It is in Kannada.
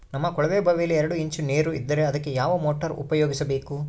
ನಮ್ಮ ಕೊಳವೆಬಾವಿಯಲ್ಲಿ ಎರಡು ಇಂಚು ನೇರು ಇದ್ದರೆ ಅದಕ್ಕೆ ಯಾವ ಮೋಟಾರ್ ಉಪಯೋಗಿಸಬೇಕು?